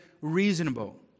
reasonable